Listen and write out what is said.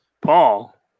Paul